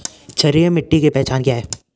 क्षारीय मिट्टी की पहचान क्या है?